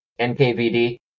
NKVD